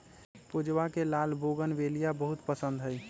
पूजवा के लाल बोगनवेलिया बहुत पसंद हई